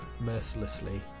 mercilessly